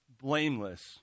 blameless